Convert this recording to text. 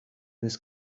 this